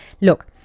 look